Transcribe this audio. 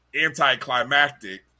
anticlimactic